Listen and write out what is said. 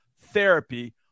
Therapy